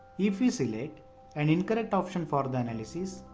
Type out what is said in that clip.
if we select an incorrect option for the analysis,